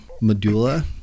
medulla